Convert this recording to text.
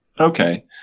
Okay